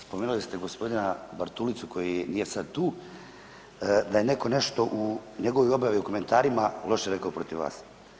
Spomenuli ste g. Bartulicu koji je sad tu, da je netko nešto u njegovoj objavi i komentarima loše rekao protiv vas.